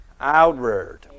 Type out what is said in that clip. outward